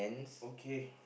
okay